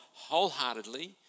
wholeheartedly